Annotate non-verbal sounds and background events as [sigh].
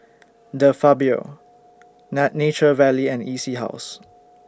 De Fabio [unintelligible] Nature Valley and E C House